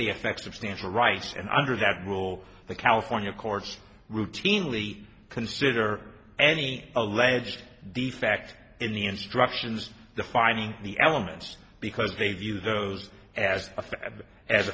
the effects of stand for rights and under that rule the california courts routinely consider any alleged defect in the instructions the finding the elements because they've used those as as